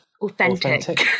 Authentic